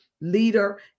leader